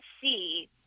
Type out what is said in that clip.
see